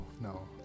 no